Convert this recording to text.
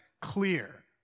clear